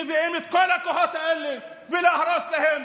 מביאים את כל הכוחות האלה להרוס להם.